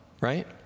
right